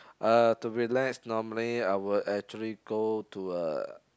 uh to relax normally I would actually go to uh